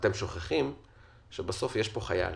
אתם שוכחים שבסוף יש פה חייל